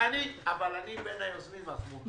אבל אני בין היוזמים, אז מותר לי.